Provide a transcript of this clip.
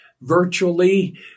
virtually